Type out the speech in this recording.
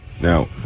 Now